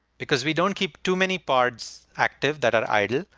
because we don't keep too many parts active that are idle.